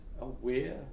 aware